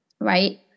right